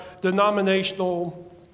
denominational